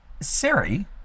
Siri